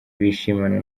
bishimana